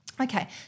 Okay